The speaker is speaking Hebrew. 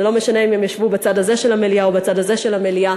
ולא משנה אם הם ישבו בצד הזה של המליאה או בצד הזה של המליאה.